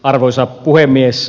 arvoisa puhemies